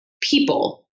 people